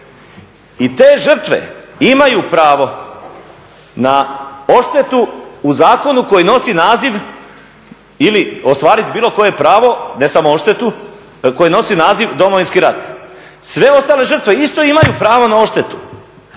I te žrtve imaju pravo na odštetu u zakonu koji nosi naziv ili ostvariti bilo koje pravo ne samo odštetu, koji nosi naziv Domovinski rat. Sve ostale žrtve isto imaju pravo na odštetu,